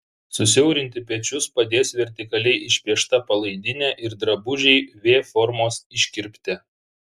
susiaurinti pečius padės vertikaliai išpiešta palaidinė ir drabužiai v formos iškirpte